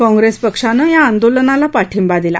काँप्रेस पक्षानं या आंदोलनाला पाठिंबा दिला